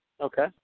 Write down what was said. Okay